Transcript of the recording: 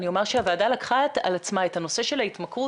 אני אומר שהוועדה לקחה על עצמה את הנושא של ההתמכרות